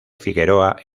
figueroa